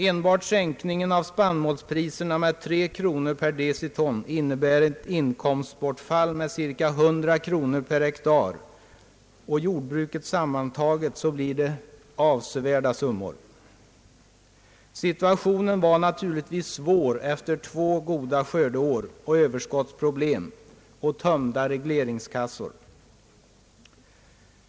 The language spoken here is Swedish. Enbart sänkningen av spannmålspriserna med tre kronor per deciton innebär ett inkomstbortfall med cirka 100 kronor per hektar och för jordbruket sammantaget blir det avsevärda summor. Situationen var naturligtvis svår efter två goda skördeår med därav följande överskottsproblem och tömda regleringskassor.